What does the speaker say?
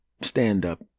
stand-up